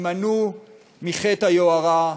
הימנעו מחטא היוהרה.